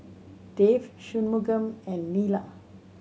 Dev Shunmugam and Neila